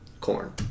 corn